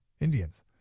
Indians